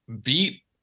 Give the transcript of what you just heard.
beat